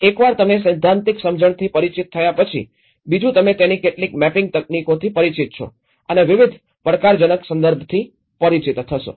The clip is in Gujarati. એકવાર તમે સૈદ્ધાંતિક સમજણથી પરિચિત થયા પછી બીજું તમે તેની કેટલીક મેપિંગ તકનીકોથી પરિચિત છો અને વિવિધ પડકારજનક સંદર્ભથી પરિચિત થશો